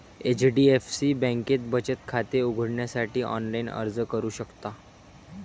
HDFC बँकेत बचत खाते उघडण्यासाठी ऑनलाइन अर्ज करू शकता